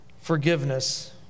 forgiveness